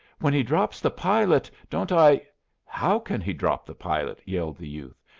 when he drops the pilot, don't i how can he drop the pilot? yelled the youth.